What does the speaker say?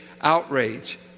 outrage